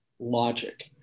logic